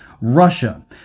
Russia